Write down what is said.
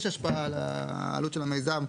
יש השפעה על עלות של המיזם,